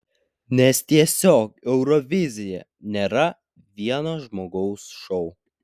nes tiesiog eurovizija nėra vieno žmogaus šou